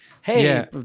hey